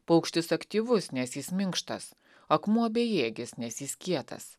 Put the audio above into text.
paukštis aktyvus nes jis minkštas akmuo bejėgis nes jis kietas